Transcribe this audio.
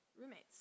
roommates